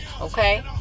Okay